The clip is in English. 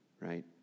Right